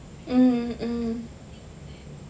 mm mm